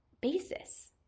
basis